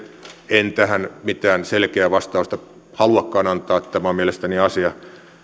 en tähän mitään selkeää vastausta haluakaan antaa tämä on mielestäni asia